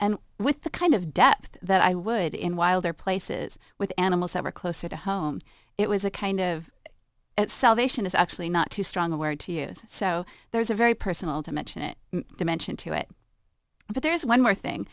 and with the kind of depth that i would in while there are places with animals that were closer to home it was a kind of salvation is actually not too strong a word to use so there's a very personal dimension it dimension to it but there's one more thing